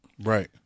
Right